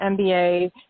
MBA